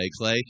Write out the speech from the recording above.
Clay